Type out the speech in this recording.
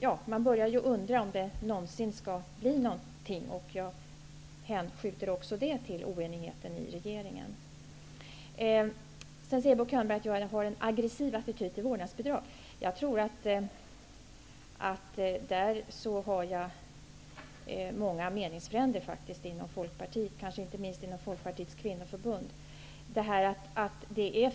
Man börjar undra om det någonsin skall bli någonting. Det här hänskjuter jag också till oenigheten inom regeringen. Bo Könberg säger att jag har en aggressiv attityd till vårdnadsbidrag. Jag tror att jag har många meningsfränder faktiskt inom Folkpartiet, inte minst inom Folkpartiets kvinnoförbund.